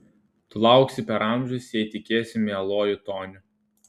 tu lauksi per amžius jei tikėsi mieluoju toniu